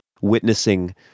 witnessing